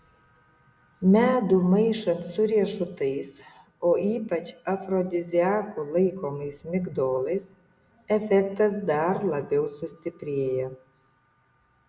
medų maišant su riešutais o ypač afrodiziaku laikomais migdolais efektas dar labiau sustiprėja